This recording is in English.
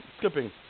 skipping